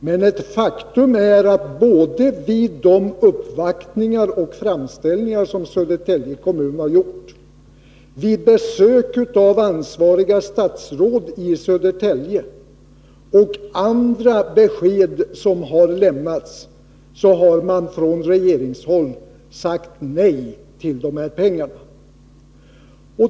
Men ett faktum är att både vid de uppvaktningar och framställningar som Södertälje kommun gjort, vid besök av ansvarigt statsråd i Södertälje kommun och genom andra besked som har lämnats, har man från regeringshåll sagt nej till dessa pengar.